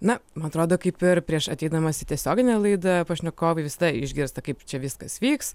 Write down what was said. na man atrodo kaip ir prieš ateidamas į tiesioginę laidą pašnekovai visada išgirsta kaip čia viskas vyks